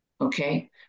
okay